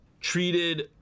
treated